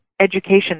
education